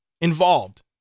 involved